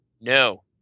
No